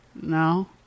No